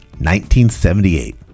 1978